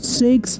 six